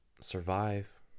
survive